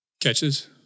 catches